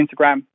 Instagram